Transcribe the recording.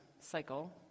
cycle